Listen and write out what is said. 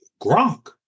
Gronk